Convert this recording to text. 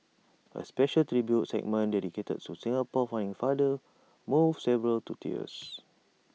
A special tribute segment dedicated to Singapore's founding father moved several to tears